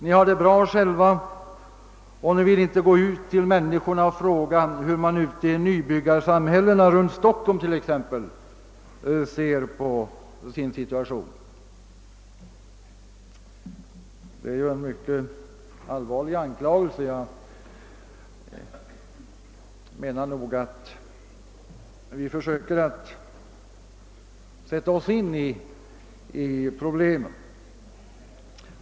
Ni har det bra själva, fortsatte hon, och vill inte gå ut till människorna och fråga hur man t.ex. i nybyggarsamhällena runt Stockholm ser på situationen. Detta är en mycket allvarlig anklagelse, och jag menar att vi nog försöker sätta oss in i problemen.